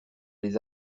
les